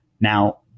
now